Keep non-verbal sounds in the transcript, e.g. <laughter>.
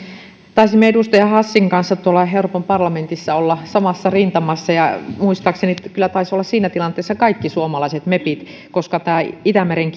taisimme edustaja hassin kanssa tuolla euroopan parlamentissa olla samassa rintamassa ja muistaakseni kyllä taisivat olla siinä tilanteessa kaikki suomalaiset mepit koska tämä itämeren <unintelligible>